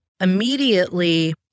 immediately